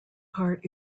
part